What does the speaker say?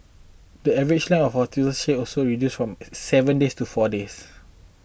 the average length of hospital stay also reduced from a seven days to four days